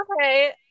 okay